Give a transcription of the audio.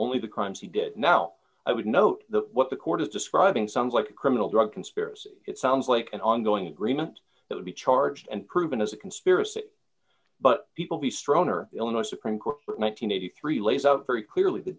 only the crimes he did now i would note the what the court is describing sounds like a criminal drug conspiracy it sounds like an on going agreement that would be charged and proven as a conspiracy but people be stronger illinois supreme court one thousand nine hundred and three lays out very clearly the